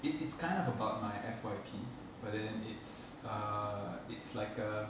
it it's kind of about my F_Y_P but it's uh it's like a